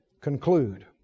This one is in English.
conclude